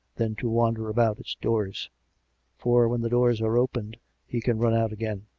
than to wander about its doors for when the doors are opened he can run out again,